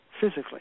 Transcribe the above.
physically